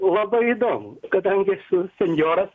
labai įdomu kadangi esu senjoras